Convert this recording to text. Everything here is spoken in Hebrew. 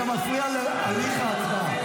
אתה ליצן בתוך קרקס.